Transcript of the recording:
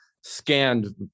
scanned